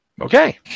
Okay